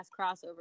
crossover